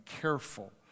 careful